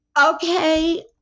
okay